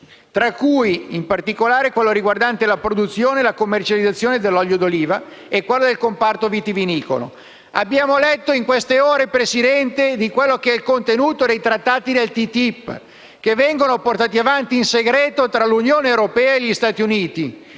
tra cui in particolare quello riguardante la produzione e la commercializzazione dell'olio d'oliva e quello del comparto vitivinicolo. Abbiamo letto in queste ore il contenuto del trattato TTIP, i cui negoziati vengono portati avanti in segreto tra l'Unione europea e gli Stati Uniti.